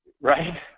Right